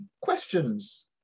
questions